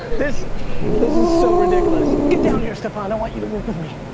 this this is so ridiculous. get down here staphon, i want you to work with me.